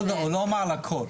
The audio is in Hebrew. הוא לא אומר על הכול.